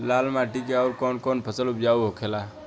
लाल माटी मे आउर कौन कौन फसल उपजाऊ होखे ला?